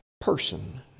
person